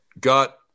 got